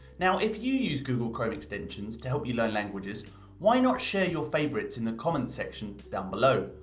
now if you use google chrome extensions to help you learn languages why not share your favorites in the comments section down below.